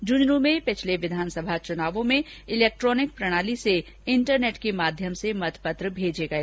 झंझनू में पिछले विधानसभा चूनावों में इलेक्ट्रानिक प्रणाली से इंटरनेट के माध्यम से मतपत्र भेजे गए